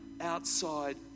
outside